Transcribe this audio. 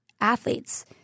athletes